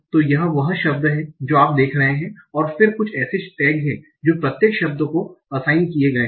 तो यह वह शब्द है जो आप देख रहे हैं और फिर कुछ ऐसे टैग हैं जो प्रत्येक शब्द को असाइंड किए गए हैं